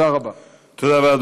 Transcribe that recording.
תודה רבה.